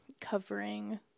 covering